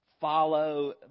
follow